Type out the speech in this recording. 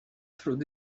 through